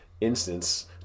instance